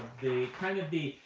kind of the,